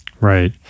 Right